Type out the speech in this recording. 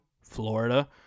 Florida